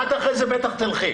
את בטח אחר כך תלכי.